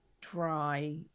dry